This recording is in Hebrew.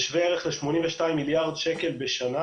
זה שווה ערך ל-82 מיליארד שקל בשנה